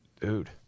dude